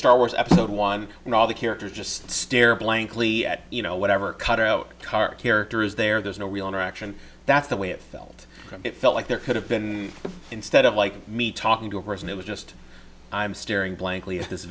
star wars episode one and all the characters just stare blankly at you know whatever cut out car character is there there's no real interaction that's the way it felt it felt like there could have been instead of like me talking to her and it was just i'm staring blankly a